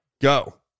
Go